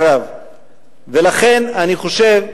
לכן אני חושב,